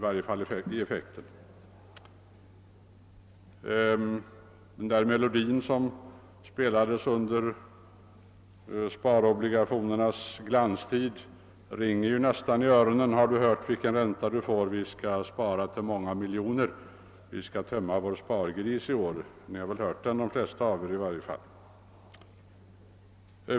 Den där melodin som spelades under försvarsobligationernas glanstid ringer nästan i öronen: Har du hört vilken ränta du får? Vi skall spara till många miljoner, Vi skall tömma vår spargris i år. I varje fall de flesta av er har väl hört den.